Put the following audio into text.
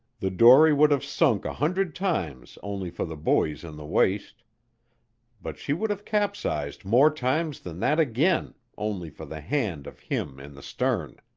the dory would have sunk a hundred times only for the buoys in the waist but she would have capsized more times than that again only for the hand of him in the stern.